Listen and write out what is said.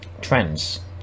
trends